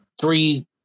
three